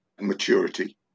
maturity